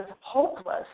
hopeless